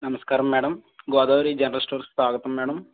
నమస్కారం madam Godavari general స్టోర్కి స్వాగతం మ్యాడమ్